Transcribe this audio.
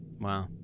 Wow